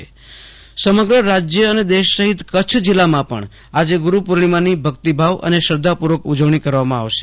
આશુતોષ અંતાણી ગુરૂપુર્ણિમા કચ્છ સમગ્ર રાજય અને દેશ સહિત કચ્છ જિલ્લામાં પણ આજે ગુરૂપૂર્ણિમાની ભકિતભાવ અને શ્રધ્ધા પૂર્વક ઉજવણી કરવામાં આવશે